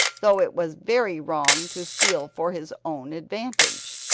though it was very wrong to steal for his own advantage.